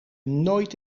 nooit